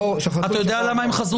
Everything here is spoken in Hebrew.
אתה יודע למה?